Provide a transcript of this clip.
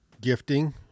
gifting